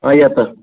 आं येता